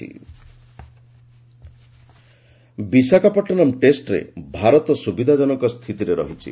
cricket Visakhapatnam ଟେଷ୍ଟରେ ଭାରତ ସୁବିଧାଜନକ ସ୍ଥିତିରେ ରହିଛି